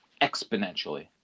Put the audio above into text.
exponentially